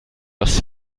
aus